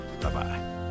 bye-bye